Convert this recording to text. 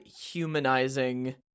humanizing